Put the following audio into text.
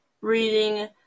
reading